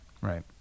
Right